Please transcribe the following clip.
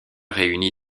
réunit